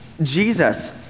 Jesus